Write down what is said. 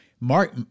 Mark